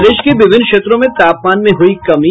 प्रदेश के विभिन्न क्षेत्रों में तापमान में हुयी कमी